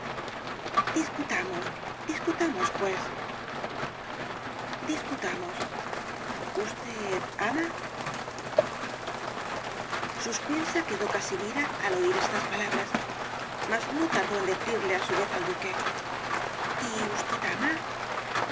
discutamos discutamos pues discutamos usted ama suspensa quedó casimira al oir estas palabras mas no tardó en decirle á su vez al d u q u e y usted ama